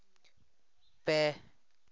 ᱯᱮ